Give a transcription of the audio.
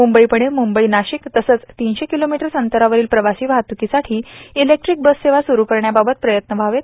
मुंबई पुणे मुंबई नाशिक तसंच तीनशे किलोमीटर्स अंतरावरील प्रवाशी वाहतुकीसाठी इलेक्ट्रीक बस सेवा सुरु करण्याबाबत प्रयत्न व्हावेत